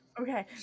Okay